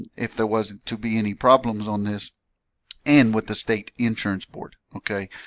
if there was to be any problems on this and with the state insurance board okay,